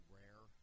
rare